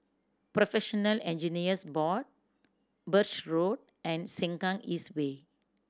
Professional Engineers Board Birch Road and Sengkang East Way